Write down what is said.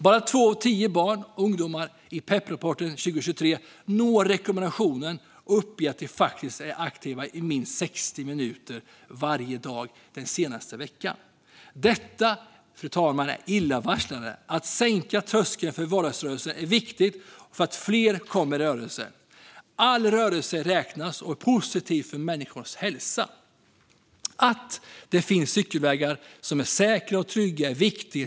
Bara två av tio barn och ungdomar i Pep-rapporten 2023 når rekommendationen och uppger att de varit aktiva i minst 60 minuter varje dag den senaste veckan. Detta, fru talman, är illavarslande. Att sänka tröskeln för vardagsrörelse är viktigt för att fler ska komma i rörelse. All rörelse räknas och är positiv för människors hälsa. Att det finns cykelvägar som är säkra och trygga är viktigt.